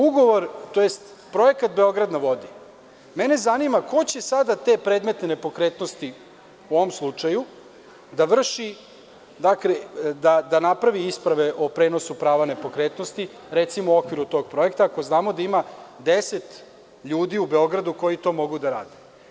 Ugovor, tj. projekat „Beograd na vodi“, mene zanima ko će sada te predmete nepokretnosti u ovom slučaju da vrši, da napravi isprave o prenosu prava nepokretnosti, recimo, u okviru tog projekta, ako znamo da ima 10 ljudi u Beogradu koji to mogu da rade.